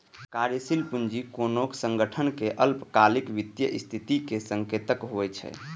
कार्यशील पूंजी कोनो संगठनक अल्पकालिक वित्तीय स्थितिक संकेतक होइ छै